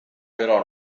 però